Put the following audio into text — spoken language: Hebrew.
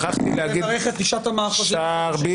לברך את תשעת המאחזים --- בדיוק.